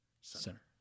Center